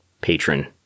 patron